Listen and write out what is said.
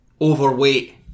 Overweight